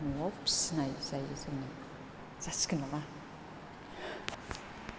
न'आव फिसिनाय जायो जोङो जासिगोन नामा